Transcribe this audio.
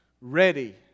ready